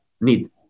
need